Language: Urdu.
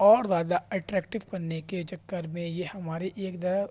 اور زیادہ اٹریکٹیو کرنے کے چکر میں یہ ہمارے ایک طرح